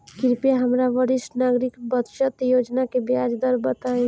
कृपया हमरा वरिष्ठ नागरिक बचत योजना के ब्याज दर बताइं